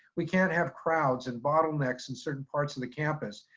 we can't have crowds and bottlenecks in certain parts in the campus.